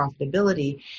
profitability